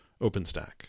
OpenStack